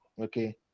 Okay